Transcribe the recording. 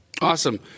Awesome